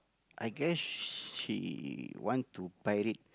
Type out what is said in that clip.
I guess she want to buy it